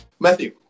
Matthew